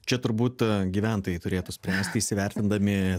čia turbūt gyventojai turėtų spręsti įvertindami